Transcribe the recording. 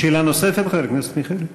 שאלה נוספת לחבר הכנסת מיכאלי.